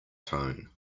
tone